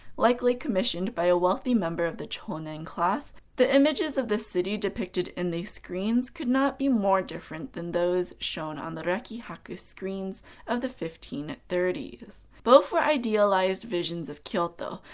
likely commissioned by a wealthy member of the chonin class, the images of the city depicted in these screens could not be more different than those shown on the rekihaku screens of the fifteen thirty s. both are idealized visions of kyoto,